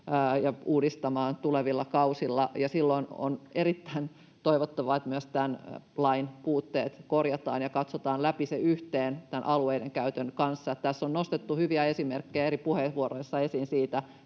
ja uudistamaan tulevilla kausilla. Silloin on erittäin toivottavaa, että myös tämän lain puutteet korjataan ja katsotaan se läpi yhdessä tämän alueidenkäytön kanssa. Tässä on nostettu hyviä esimerkkejä eri puheenvuoroissa esiin siitä,